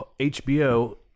HBO